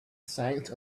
signs